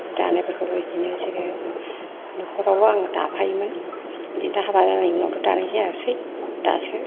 जि दानायफोरखौबो बिदिनो बिसोरो नखरावल' आंनो दाफायोमोन बिदिनो दा हाबा जानायनि उनावथ' दानाय जायासै दासो